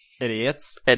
idiots